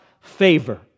favor